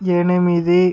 ఎనిమిది